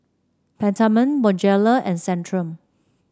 Peptamen Bonjela and Centrum